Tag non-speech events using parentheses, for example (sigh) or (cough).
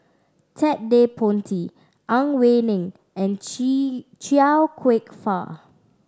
Ted De Ponti Ang Wei Neng and (unintelligible) Chia Kwek Fah